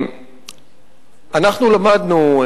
אנחנו למדנו,